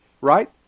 right